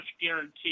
guarantee